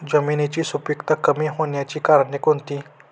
जमिनीची सुपिकता कमी होण्याची कारणे कोणती?